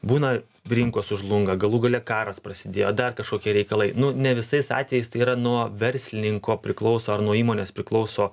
būna brinko sužlunga galų gale karas prasidėjo dar kažkokie reikalai nu ne visais atvejais tai yra nuo verslininko priklauso ar nuo įmonės priklauso